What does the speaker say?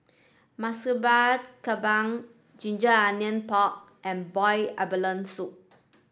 Murtabak Kambing Ginger Onions Pork and Boiled Abalone Soup